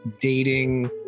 dating